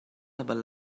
about